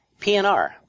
PNR